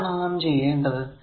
എന്താണ് നാം ചെയ്യേണ്ടത്